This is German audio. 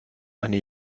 eine